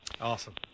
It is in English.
Awesome